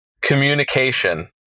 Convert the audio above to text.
communication